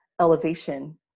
elevation